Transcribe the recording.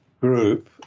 group